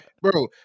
bro